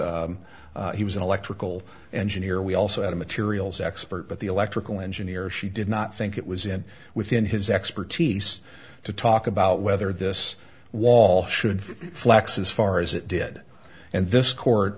was he was an electrical engineer we also had a materials expert but the electrical engineer she did not think it was in within his expertise to talk about whether this wall should flexes far as it did and this court